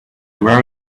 where